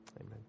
amen